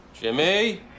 Jimmy